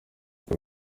nuko